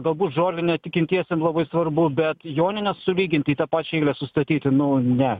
galbūt žolinės tikintiesiems labai svarbu bet jonines sulyginti į tą pačią eilę sustatyti nu ne